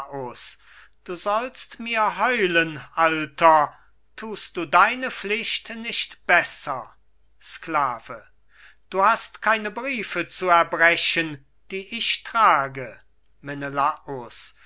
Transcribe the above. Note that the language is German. menelaus du sollst mir heulen alter thust du eine pflicht nicht besser sklave du hast keine briefe zu erbrechen die ich trage menelaus